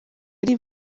ari